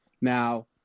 Now